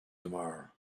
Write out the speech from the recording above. tomorrow